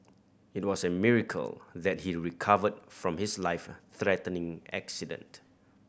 it was a miracle that he recovered from his life threatening accident